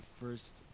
first